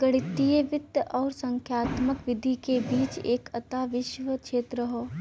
गणितीय वित्त आउर संख्यात्मक विधि के बीच एक अंतःविषय क्षेत्र हौ